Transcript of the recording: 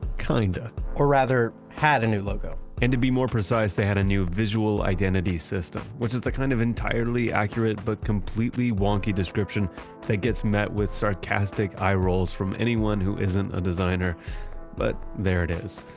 kind of or rather had a new logo and to be more precise, they had a new visual identity system, which is the kind of entirely accurate but completely wonky description that gets met with sarcastic eye rolls from anyone who isn't a designer but there it is.